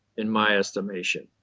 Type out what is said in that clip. in my estimation.